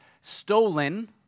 stolen